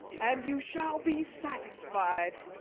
and you shall be satisfied.